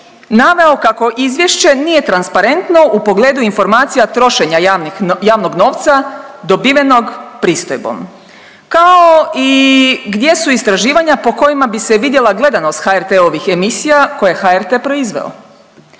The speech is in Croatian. naveo kako izvješće nije transparentno u pogledu informacija trošenja javnog novca dobivenog pristojbom, kao i gdje su istraživanja po kojima bi se vidjela gledanost HRT-ovih emisija koje je HRT proizveo.